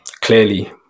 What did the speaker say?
clearly